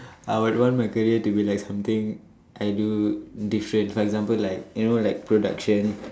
I would want my career to be like something I do different for example like you know like production